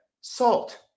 salt